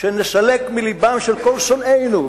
שנסלק מלבם של כל שונאינו,